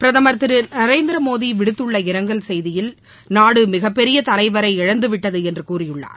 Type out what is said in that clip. பிரதமர் திருநரேந்திரமோடிவிடுத்துள்ள இரங்கல் செய்தியில் நாடுமிகப்பெரியதலைவரை இழந்துவிட்டதுஎன்றுகூறியுள்ளார்